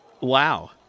Wow